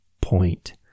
point